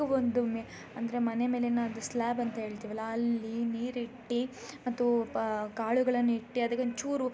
ಒಂದು ಮೆ ಅಂದರೆ ಮನೆ ಮೇಲೆ ಏನಾದರು ಸ್ಲ್ಯಾಬಂತ ಹೇಳ್ತಿವಲ್ಲಾ ಅಲ್ಲಿ ನೀರಿಟ್ಟು ಮತ್ತು ಪ ಕಾಳುಗಳನಿಟ್ಟಿ ಅದಕ್ಕೊಂಚೂರು